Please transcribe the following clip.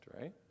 right